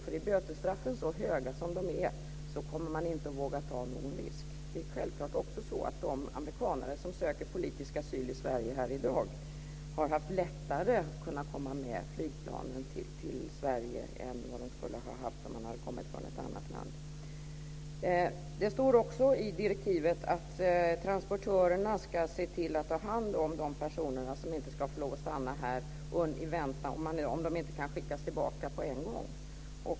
Är bötesstraffen så höga som de är kommer man inte att våga ta någon risk. Det är självklart också så att de amerikaner som söker politisk asyl i Sverige i dag har haft lättare att komma med flygplanen till Sverige än vad de skulle ha haft om de kommit från ett annat land. Det står också i direktivet att transportörerna ska se till att ta hand om de personer som inte ska få stanna här om de inte kan skickas tillbaka på en gång.